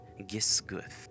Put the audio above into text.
Gisguth